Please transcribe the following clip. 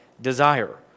desire